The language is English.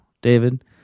david